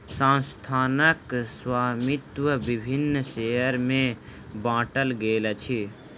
संस्थानक स्वामित्व विभिन्न शेयर में बाटल गेल अछि